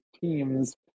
teams